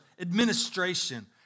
administration